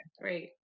great